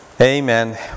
Amen